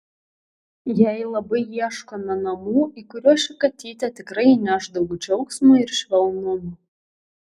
jai labai ieškome namų į kuriuos ši katytė tikrai įneš daug džiaugsmo ir švelnumo